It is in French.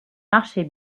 marchait